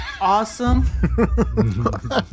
awesome